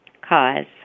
cause